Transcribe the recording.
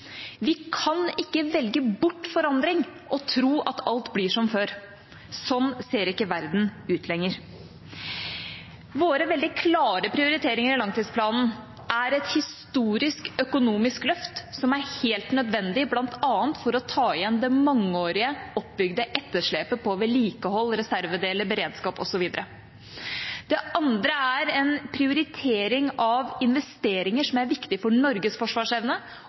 Vi kan ikke velge bort forandring og tro at alt blir som før. Sånn ser ikke verden ut lenger. Våre veldig klare prioriteringer i langtidsplanen er et historisk økonomisk løft som er helt nødvendig, bl.a. for å ta igjen det mangeårig oppbygde etterslepet på vedlikehold, reservedeler, beredskap osv. Det andre er en prioritering av investeringer som er viktig for Norges forsvarsevne,